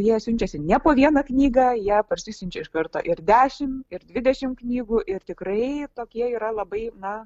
jie siunčiasi ne po vieną knygą jie parsisiunčia iš karto ir dešimt ir dvidešimt knygų ir tikrai tokie yra labai na